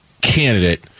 candidate